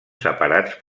separats